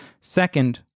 Second